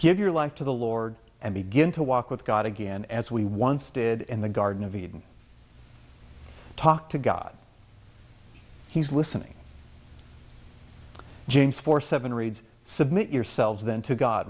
give your life to the lord and begin to walk with god again as we once did in the garden of eden talk to god he's listening james four seven reads submit yourselves then to god